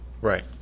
Right